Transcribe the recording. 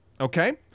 okay